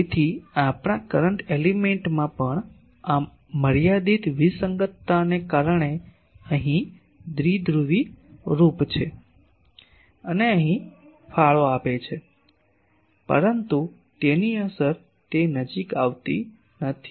તેથી આપણા કરંટ એલિમેન્ટમાં પણ આ મર્યાદિત વિસંગતતાને કારણે અહીં ડાયપોલ રૂપ છે અને તે અહીં ફાળો આપે છે પરંતુ તેની અસર તે નજીક આવતી નથી